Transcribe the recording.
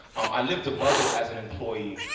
i lived above it as an employee.